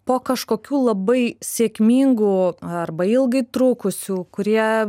po kažkokių labai sėkmingų arba ilgai trukusių kurie